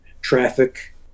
Traffic